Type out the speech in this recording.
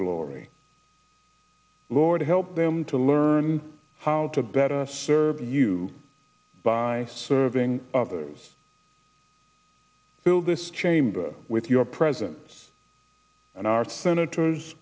glory lord help them to learn how to better serve you by serving others build this chamber with your presence and our senators